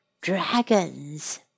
dragons